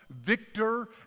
victor